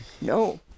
No